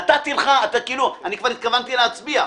נתתי לך, אני כבר התכוונתי להצביע.